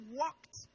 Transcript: walked